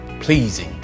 pleasing